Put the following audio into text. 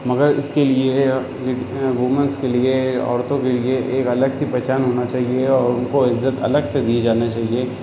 مگر اس کے لیے وومنس کے لیے عورتوں کے لیے ایک الگ سی پہچان ہونا چاہیے اور ان کو عزت الگ سے دیے جانا چاہیے